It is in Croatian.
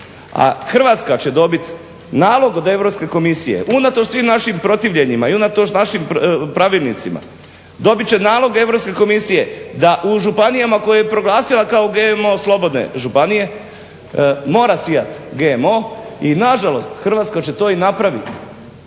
A Hrvatska će dobit nalog od Europske komisije unatoč svim našim protivljenjima i unatoč našim pravilnicima, dobit će nalog Europske komisije da u županijama koje je proglasila kao GMO slobodne županije mora sijati GMO i nažalost Hrvatska će to i napraviti